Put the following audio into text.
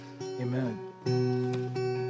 Amen